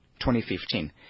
2015